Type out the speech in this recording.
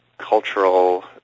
cultural